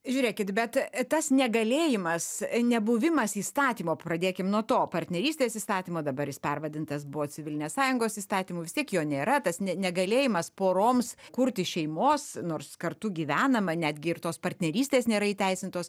žiūrėkit bet tas negalėjimas nebuvimas įstatymo pradėkim nuo to partnerystės įstatymo dabar jis pervadintas buvo civilinės sąjungos įstatymu vis tiek jo nėra tas negalėjimas poroms kurti šeimos nors kartu gyvenama netgi ir tos partnerystės nėra įteisintos